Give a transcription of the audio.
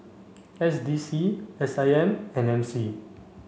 S D C S I M and M C